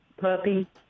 puppy